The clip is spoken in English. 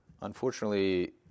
Unfortunately